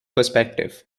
perspective